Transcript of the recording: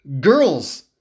girls